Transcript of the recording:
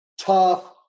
tough